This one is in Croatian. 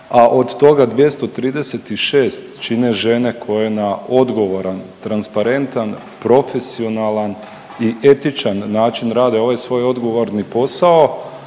a od toga 236 čine žene koje na odgovoran, transparentan, profesionalan i etičan način rade ovaj svoj odgovorni posao